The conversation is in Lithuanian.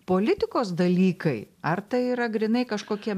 politikos dalykai ar tai yra grynai kažkokie